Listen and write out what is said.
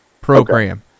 program